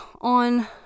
on